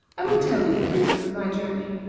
i will tell you the reason of my journey.